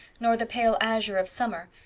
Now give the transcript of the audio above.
nor the pale azure of summer,